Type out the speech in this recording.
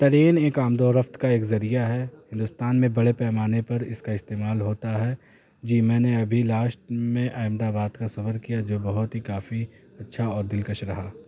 train ایک آمد و رفت کا ایک ذریعہ ہے ہندوستان میں بڑے پیمانے پر اس کا استعمال ہوتا ہے جی میں نے ابھی لاسٹ میں احمد آباد کا سفر کیا جو بہت ہی کافی اچھا اور دلکش رہا